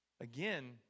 Again